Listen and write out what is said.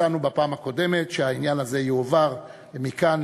הצענו בפעם הקודמת שהעניין הזה יועבר מכאן